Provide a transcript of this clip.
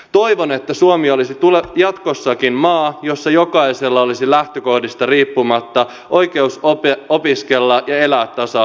toivon että suomi olisi jatkossakin maa jossa jokaisella olisi lähtökohdista riippumatta oikeus opiskella ja elää tasa arvoisesti